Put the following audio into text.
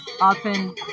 often